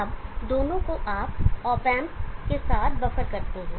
अब दोनों को आप ऑप एंप के साथ बफ़र करते हैं